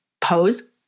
pose